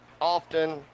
Often